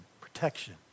protection